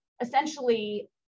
essentially